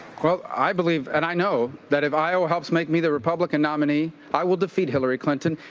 well, i believe, and i know that if iowa helps make me the republican nominee, i will defeat hillary clinton.